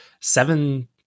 seven